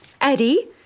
Eddie